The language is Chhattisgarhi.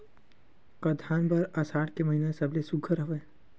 का धान बर आषाढ़ के महिना सबले सुघ्घर हवय?